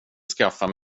skaffade